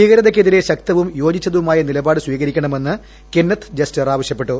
ഭീകരതക്ക് എതിരെ ശക്തവും യോജിച്ചതുമായ നിലപാട് സ്വീകരിക്കണമെന്ന് കെന്നത്ത് ജസ്റ്റർ ആവശ്യപ്പെട്ടു